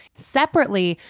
separately,